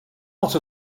not